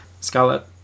Scarlet